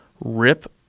rip